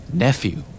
nephew